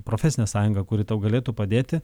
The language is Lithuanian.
profesine sąjungą kuri tau galėtų padėti